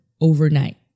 overnight